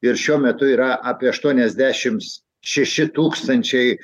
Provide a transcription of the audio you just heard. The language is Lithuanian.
ir šiuo metu yra apie aštuoniasdešims šeši tūkstančiai